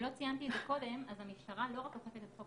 ציינתי את זה קודם אז המשטרה לא רק אוכפת את חוק